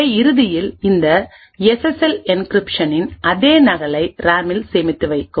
அவை இறுதியில் இந்த எஸ்எஸ்எல் என்கிரிப்ஷனின் அதே நகலை ரேமில் சேமித்து வைக்கும்